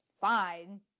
fine